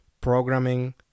programming